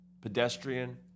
pedestrian